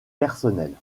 personnelle